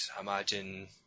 imagine